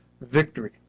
victory